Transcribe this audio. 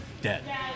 dead